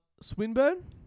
Swinburne